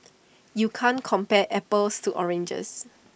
you can't compare apples to oranges